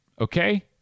okay